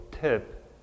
tip